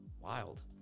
wild